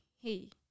Hey